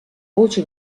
voce